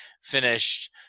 finished